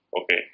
Okay